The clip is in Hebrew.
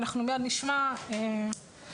ואנחנו מייד נשמע וכו'.